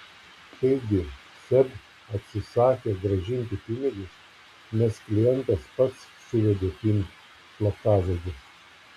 taigi seb atsisakė grąžinti pinigus nes klientas pats suvedė pin slaptažodžius